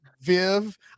Viv